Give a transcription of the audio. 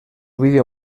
video